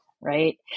Right